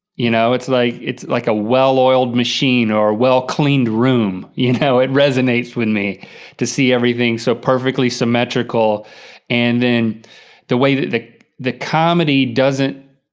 you know, it's like it's like a well oiled machine or well cleaned room, you know, it resonates with me to see everything so perfectly symmetrical and then the way that the the comedy doesn't,